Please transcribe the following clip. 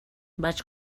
vaig